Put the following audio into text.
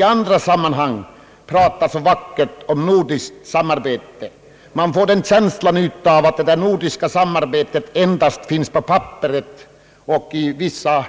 I andra sammanhang pratas det ju så vackert om nordiskt samarbete, men man har en känsla av att det nordiska samarbetet endast finns på papperet och vid vissa